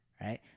right